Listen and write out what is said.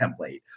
template